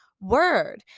word